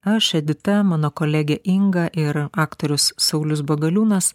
aš edita mano kolegė inga ir aktorius saulius bagaliūnas